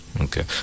okay